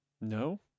No